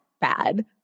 bad